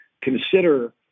consider